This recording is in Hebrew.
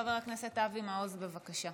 חבר הכנסת אבי מעוז, בבקשה.